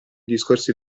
discorsi